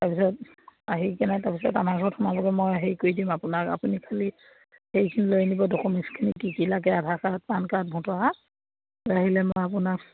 তাৰ পিছত আহি কিনে তাৰ পিছত আমাৰ ঘৰত সোমালবগৈ মই হেৰি কৰি দিম আপোনাক আপুনি খালী সেইখিনি লৈ আনিব ডকুমেণ্টছখিনি কি কি লাগে Aadhaar card PAN card voter card লৈ আহিলে মই আপোনাক